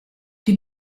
die